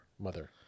mother